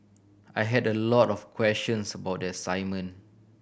I had a lot of questions about the assignment